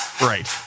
Right